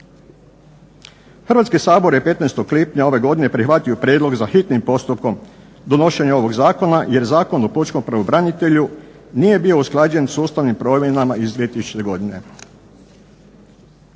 Hrvatski sabor je 15. lipnja ove godine prihvatio prijedlog za hitnim postupkom donošenja ovog zakona jer Zakon o pučkom pravobranitelju nije bio usklađen s ustavnim promjenama iz 2000. godine.